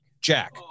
Jack